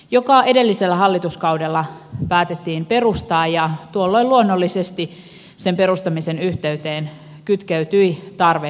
sehän edellisellä hallituskaudella päätettiin perustaa ja tuolloin luonnollisesti sen perustamisen yhteyteen kytkeytyi tarve erillisrahoituksesta